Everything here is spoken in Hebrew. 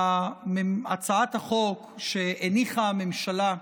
הצעת החוק שהניחה הממשלה,